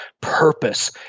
Purpose